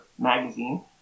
magazine